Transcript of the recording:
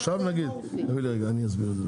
אין הגדרה.